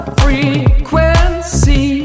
frequency